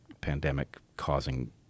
pandemic-causing